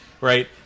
Right